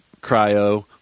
cryo